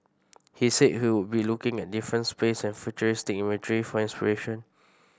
he said he would be looking at different space and futuristic imagery for inspiration